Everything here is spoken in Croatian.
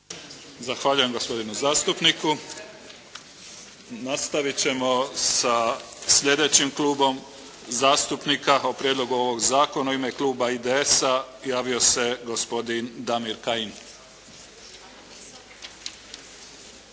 Zahvaljujem gospodinu zastupniku. Nastavit ćemo sa sljedećim Klubom zastupnika o prijedlogu ovog zakona. U ime Kluba IDS-a javio se gospodin Damir Kajin.